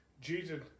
Jesus